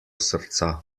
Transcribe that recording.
srca